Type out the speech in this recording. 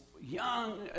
young